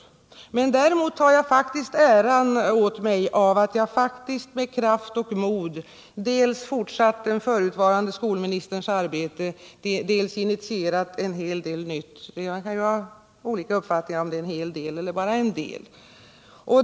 Däremot tar jag Nr 142 faktiskt äran åt mig av att jag med kraft och mod dels har fortsatt den Tisdagen den förutvarande skolministerns arbete, dels initierat en hel del nytt — man kan ha 16 maj 1978 olika uppfattningar om ”en hel del” eller bara ”en del”.